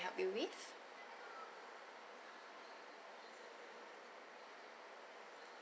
help you with